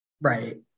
Right